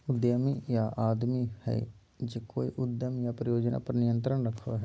उद्यमी उ आदमी हइ जे कोय उद्यम या परियोजना पर नियंत्रण रखो हइ